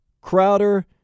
Crowder